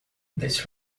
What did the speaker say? this